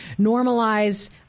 Normalize